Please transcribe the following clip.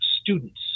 students